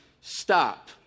stop